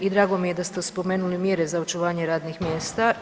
I drago mi je da ste spomenuli mjere za očuvanje radnih mjesta.